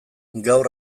gaur